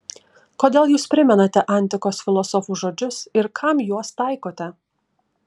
kodėl jūs primenate antikos filosofų žodžius ir kam juos taikote